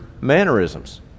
mannerisms